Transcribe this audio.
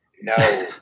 No